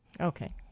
okay